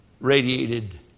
radiated